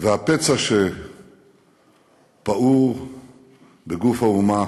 והפצע שפעור בגוף האומה